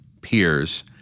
peers